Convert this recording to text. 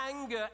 anger